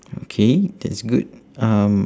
okay that's good um